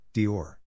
Dior